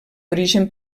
origen